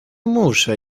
muszę